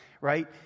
right